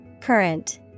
Current